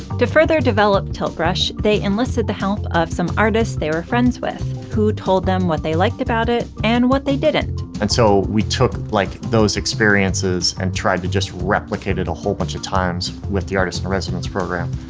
to further develop tilt brush, they enlisted the help of some artists they were friends with, who told them what they liked about it, and what they didn't. and so, we took, like, those experiences, and tried to just replicate it a whole bunch of times with the artists in residence program,